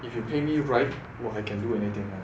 if you pay me right I can do anything [one]